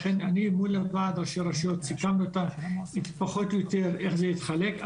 לכן אני מול ועד ראשי הרשויות סיכמנו פחות או יותר איך זה יתחלק.